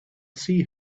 see